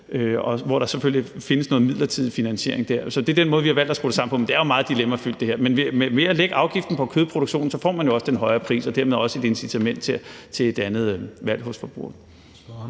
hvor der selvfølgelig findes noget midlertidig finansiering der. Så det er den måde, vi har valgt at skrue det sammen på, men det her er jo meget dilemmafyldt. Men ved at lægge afgiften på kødproduktionen får man jo også den højere pris og dermed også et incitament til et andet valg hos forbrugerne.